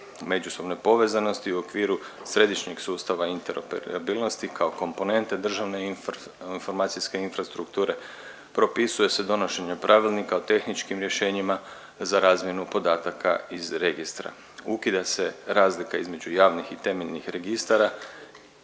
međusobne povezanosti u okviru središnjeg sustava interoperabilnosti kao komponentne državne informacijske infrastrukture propisuje se donošenje pravilnika o tehničkim rješenjima za razmjenu podataka iz registra. Ukida se razlika između javnog i temeljnih registara